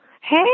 Hey